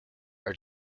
are